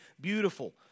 beautiful